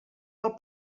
del